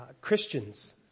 Christians